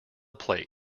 plate